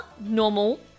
normal